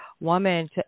woman